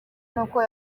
n’uko